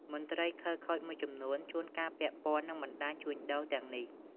មន្ត្រីខិលខូចមួយចំនួនជួនកាលពាក់ព័ន្ធនឹងបណ្តាញជួញដូរទាំងនេះ។